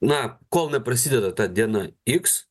na kol neprasideda ta diena iks